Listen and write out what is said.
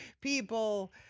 people